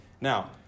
Now